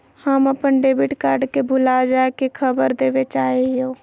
हम अप्पन debit card के भुला जाये के खबर देवे चाहे हियो